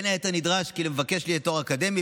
בין היתר נדרש כי למבקש יהיה תואר אקדמי